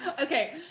Okay